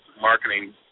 marketing